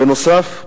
בנוסף,